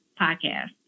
podcast